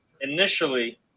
initially